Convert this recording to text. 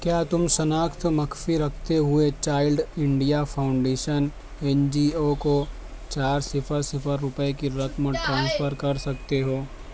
کیا تم شناخت مخفی رکھتے ہوئے child India foundation N G O کو چار صفر صفر روپئے کی رقم ٹرانسفر کر سکتے ہو